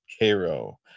Cairo